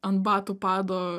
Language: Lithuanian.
ant batų pado